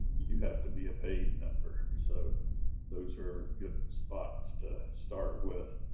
you have to be a paid member. so those are good spots to start with.